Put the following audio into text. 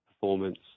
performance